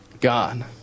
God